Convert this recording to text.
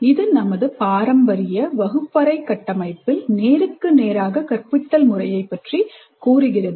இது நமது பாரம்பரிய வகுப்பறை கட்டமைப்பில் நேருக்கு நேராக கற்பித்தல் முறையை பற்றி கூறுகிறது